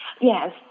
Yes